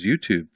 YouTube